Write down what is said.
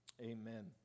amen